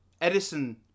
Edison